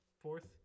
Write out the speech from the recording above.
fourth